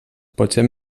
potser